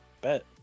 bet